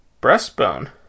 breastbone